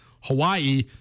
Hawaii